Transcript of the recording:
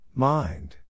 Mind